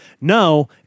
no